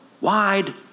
wide